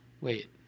wait